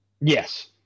Yes